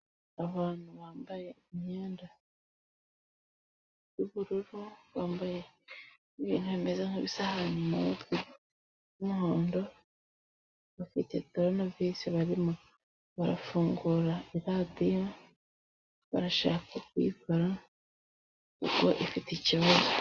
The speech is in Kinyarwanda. Abantu bambaye imyenda y'ubururu, bambaye ibintu bimeza nk'ibisahani mu mutwe by'umuhondo, bafite turunevisi barimo barafungura iradiyo, barashaka kuyikora kuko ifite ikibazo.